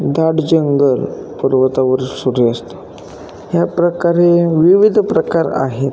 दाट जंगल पर्वतावर सूर्य असतो ह्या प्रकारे विविध प्रकार आहेत